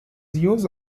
use